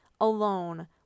alone